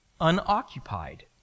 unoccupied